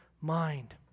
mind